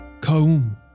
Ka'um